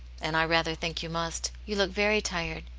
and i rather think you must. you look very tired.